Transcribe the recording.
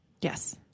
yes